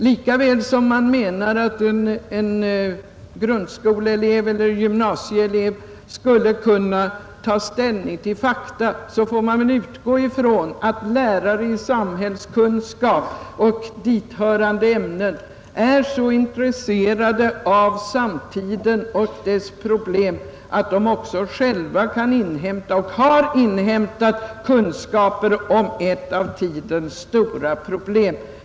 Lika väl som man menar att en grundskoleelev eller en gymnasieelev skulle kunna ta ställning till fakta får man utgå ifrån att lärare i samhällskunskap och dithörande ämnen är så intresserade av samtiden och dess problem att de själva kan inhämta och har inhämtat kunskaper om ett av tidens stora problem.